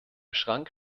schrank